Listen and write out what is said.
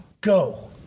go